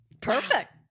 Perfect